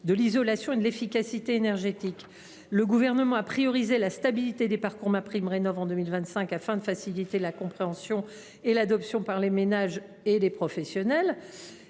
de l’isolation et de l’efficacité énergétique. Le Gouvernement a priorisé la stabilité des parcours MaPrimeRénov’ en 2025, afin de faciliter la compréhension et l’adoption par les ménages et les professionnels.